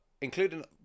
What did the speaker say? including